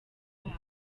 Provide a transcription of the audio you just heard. babo